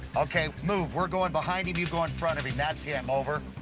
ok. move. we're going behind him. you go in front of him. that's yeah him, over.